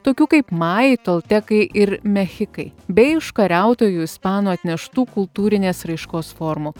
tokių kaip majai toltekai ir mechikai bei užkariautojų ispanų atneštų kultūrinės raiškos formų